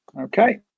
Okay